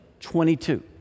22